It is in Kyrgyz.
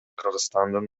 кыргызстандын